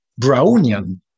Brownian